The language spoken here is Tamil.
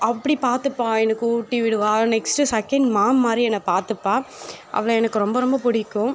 அப்படி பார்த்துப்பா எனக்கு ஊட்டிவிடுவாள் நெக்ஸ்ட் செகண்ட் மாம் மாதிரி என்ன பார்த்துப்பா அவளை எனக்கு ரொம்ப ரொம்ப பிடிக்கும்